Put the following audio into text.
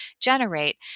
generate